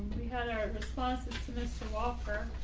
we had our responses to this to offer.